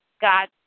God